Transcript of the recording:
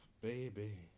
baby